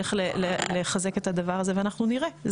איך לחזק את הדבר הזה ואנחנו נראה.